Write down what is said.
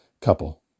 couple